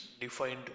defined